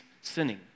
sinning